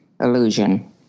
illusion